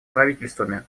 правительствами